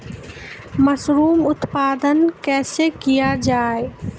Mushroom उत्पादन कैसे किया जाय?